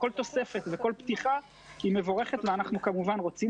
כל תוספת וכל פתיחה היא מבורכת ואנחנו כמובן רוצים